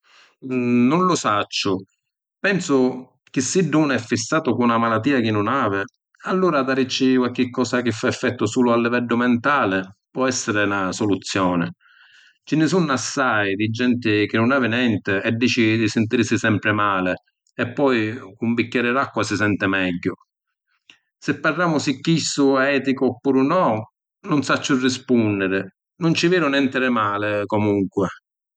Nun lu sacciu. Pensu chi siddu unu è fissatu cu na malatìa chi nun havi, allura darici qualchi cosa chi fa effettu sulu a liveddu mentali, po’ essiri na soluzioni. Ci nni sunnu assai di genti chi nun havi nenti e dici di sintirisi sempri mali e poi c’un bicchieri d’acqua si senti megghiu. Si parramu si chistu è eticu oppuru no, nun sacciu rispunniri, nun ci vidu nenti di mali, comunqui.